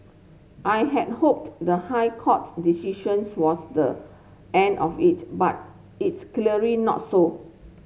I had hoped the High Court decisions was the end of it but it's clearly not so